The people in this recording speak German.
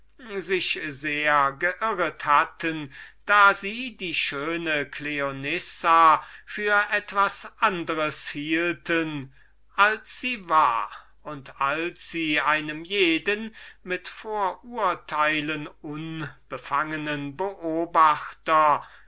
sehr geirret hatten sie für etwas anders zu halten als sie war und als sie einem jeden mit vorurteilen unbefangenen beobachter